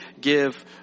give